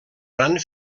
gran